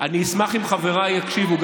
אני אשמח אם חבריי יקשיבו,